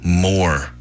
more